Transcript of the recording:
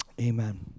Amen